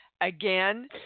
again